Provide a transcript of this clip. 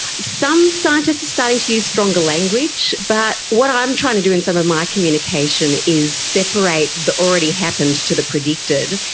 some scientists are starting to use stronger language, but what i'm trying to do in some of my communication is separate the already-happened to the predicted,